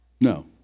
No